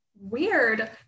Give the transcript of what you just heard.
weird